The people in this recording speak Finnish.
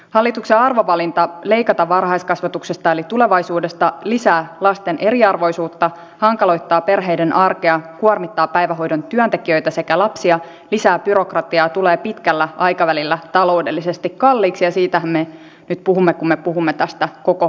hallituksen arvovalinta leikata varhaiskasvatuksesta eli tulevaisuudesta lisää lasten eriarvoisuutta hankaloittaa perheiden arkea kuormittaa päivähoidon työntekijöitä sekä lapsia lisää byrokratiaa tulee pitkällä aikavälillä taloudellisesti kalliiksi ja siitähän me nyt puhumme kun me puhumme tästä koko kehyskaudesta